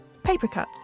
Papercuts